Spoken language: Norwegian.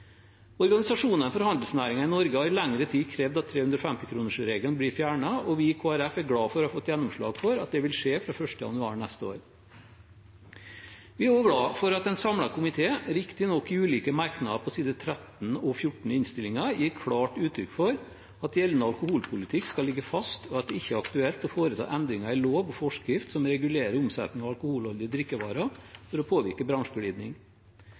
Organisasjonene for handelsnæringen i Norge har i lengre tid krevd at 350-kronersregelen blir fjernet, og vi i Kristelig Folkeparti er glad for å ha fått gjennomslag for at det vil skje fra 1. januar neste år. Vi er også glad for at en samlet komité, riktig nok i ulike merknader på side 13 og 14 i innstillingen, gir klart uttrykk for at gjeldende alkoholpolitikk skal ligge fast, og at det ikke er aktuelt å foreta endringer i lov og forskrift som regulerer omsetning av alkoholholdige drikkevarer for å påvirke bransjeglidning.